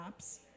apps